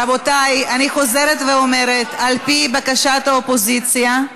רבותיי, אני חוזרת ואומרת: על פי בקשת האופוזיציה,